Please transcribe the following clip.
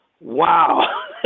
wow